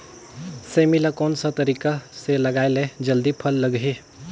सेमी ला कोन सा तरीका से लगाय ले जल्दी फल लगही?